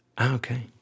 Okay